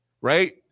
right